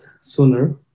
sooner